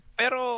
pero